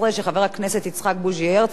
של חבר הכנסת יצחק בוז'י הרצוג,